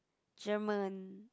German